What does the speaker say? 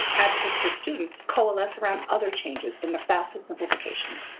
advocates for students coalesce around other changes in the fafsa simplification.